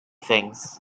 things